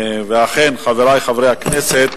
חברי חברי הכנסת,